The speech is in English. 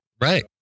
Right